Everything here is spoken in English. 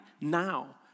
now